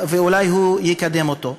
ואולי הוא יקדם אותו.